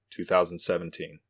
2017